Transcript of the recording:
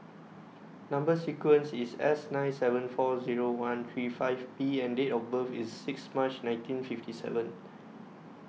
Number sequence IS S nine seven four Zero one three five P and Date of birth IS six March nineteen fifty seven